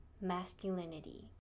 Masculinity